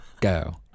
Go